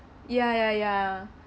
ya ya ya